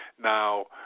Now